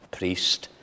priest